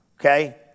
okay